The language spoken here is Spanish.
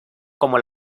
como